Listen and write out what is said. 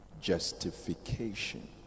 justification